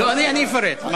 אני אפרט.